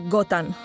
Gotan